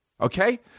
Okay